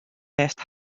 west